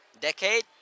decade